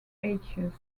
dioecious